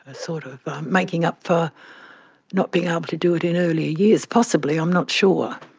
ah sort of making up for not being able to do it in earlier years, possibly, i'm not sure.